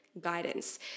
guidance